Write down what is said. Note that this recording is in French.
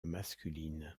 masculines